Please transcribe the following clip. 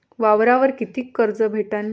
वावरावर कितीक कर्ज भेटन?